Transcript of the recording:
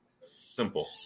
simple